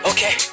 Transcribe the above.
Okay